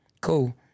cool